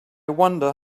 wonder